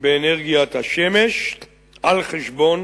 באנרגיית השמש על חשבון